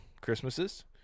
christmases